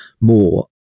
more